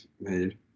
made